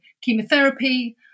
chemotherapy